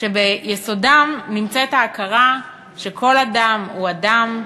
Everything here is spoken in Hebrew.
שביסודם נמצאת ההכרה שכל אדם הוא אדם,